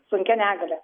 sunkia negalia